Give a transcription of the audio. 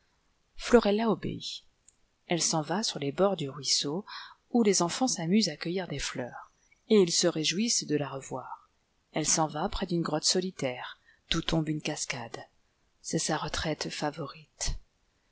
florella obéit elle s'en va sur les bords du ruisseau où les enfants s'amusent à cueillir des fleurs et ils se réjouissent de la revoir elle s'en va près d'une grotte solitaire d'où tombe une cascade c'est sa retraite favorite